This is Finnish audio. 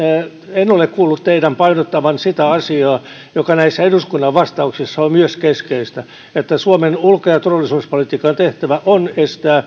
en ole kuullut teidän painottavan sitä asiaa joka näissä eduskunnan vas tauksissa on myös keskeistä että suomen ja ulko ja turvallisuuspolitiikan tehtävä on